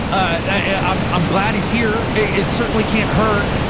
um i'm glad he's here. it certainly can't hurt.